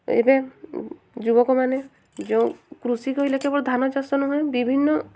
ଏବେ ଯୁବକମାନେ ଯେଉଁ କୃଷି କହିଲେ କେବଳ ଧାନ ଚାଷ ନୁହେଁ ବିଭିନ୍ନ